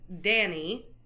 Danny